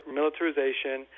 militarization